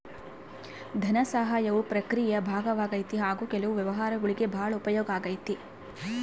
ಧನಸಹಾಯವು ಪ್ರಕ್ರಿಯೆಯ ಭಾಗವಾಗೈತಿ ಹಾಗು ಕೆಲವು ವ್ಯವಹಾರಗುಳ್ಗೆ ಭಾಳ ಉಪಯೋಗ ಆಗೈತೆ